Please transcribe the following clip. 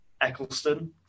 Eccleston